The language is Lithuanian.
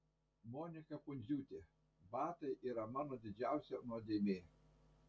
monika pundziūtė batai yra mano didžiausia nuodėmė